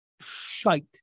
shite